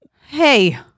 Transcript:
Hey